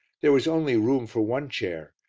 there was only room for one chair,